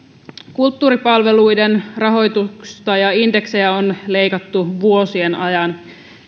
kulttuuripalveluiden rahoitusta ja indeksejä on leikattu vuosien ajan